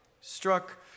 struck